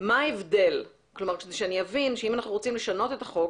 כדי שאני אבין שאם אנחנו רוצים לשנות החוק,